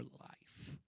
life